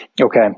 Okay